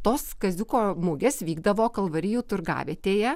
tos kaziuko mugės vykdavo kalvarijų turgavietėje